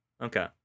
Okay